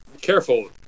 Careful